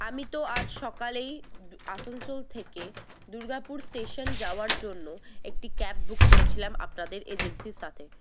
আমি তো আজ সকালেই আসানসোল থেকে দুর্গাপুর স্টেশন যাওয়ার জন্য একটি ক্যাব বুক করেছিলাম আপনাদের এজেন্সির সাথে